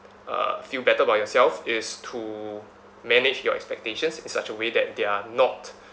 uh feel better about yourself is to manage your expectations in such a way that they're not